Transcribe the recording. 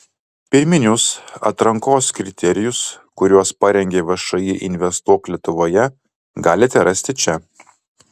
pirminius atrankos kriterijus kuriuos parengė všį investuok lietuvoje galite rasti čia